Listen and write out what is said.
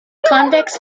convex